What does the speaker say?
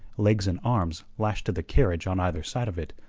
legs and arms lashed to the carriage on either side of it,